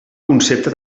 concepte